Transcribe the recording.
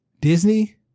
Disney